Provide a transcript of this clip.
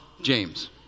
james